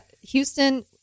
Houston